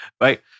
right